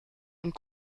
und